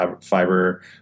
fiber